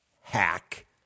hack